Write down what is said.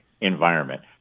environment